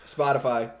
Spotify